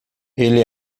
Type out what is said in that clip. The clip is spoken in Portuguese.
ele